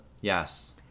Yes